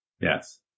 Yes